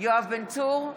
יואב בן צור,